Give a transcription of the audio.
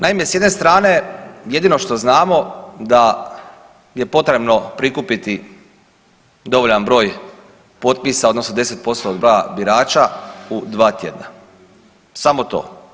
Naime, s jedne strane jedino što znamo da je potrebno prikupiti dovoljan broj potpisa odnosno 10% od broja birača u dva tjedna, samo to.